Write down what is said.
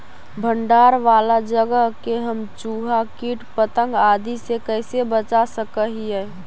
भंडार वाला जगह के हम चुहा, किट पतंग, आदि से कैसे बचा सक हिय?